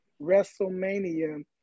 WrestleMania